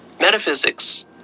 metaphysics